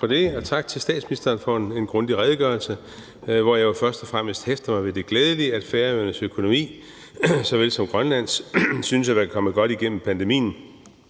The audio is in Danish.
tak til statsministeren for en grundig redegørelse, hvor jeg jo først og fremmest hæfter mig ved det glædelige i, at Færøernes økonomi så vel som Grønlands synes at være kommet godt igennem pandemien.